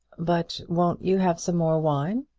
but won't you have some more wine?